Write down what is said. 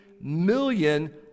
million